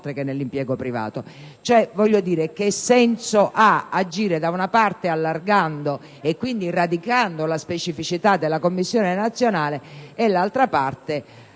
privato. Che senso ha agire da una parte allargando, e quindi radicando la specificità della commissione nazionale, e dall'altra andando